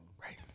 Right